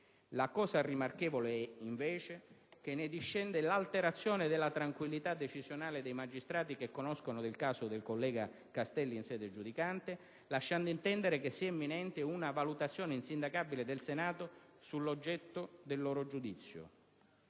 La cosa rimarchevole è, invece, che ne discende l'alterazione della tranquillità decisionale dei magistrati che conoscono del caso del senatore Castelli in sede giudicante, lasciando intendere che sia imminente una "valutazione insindacabile" del Senato sull'oggetto del loro giudizio.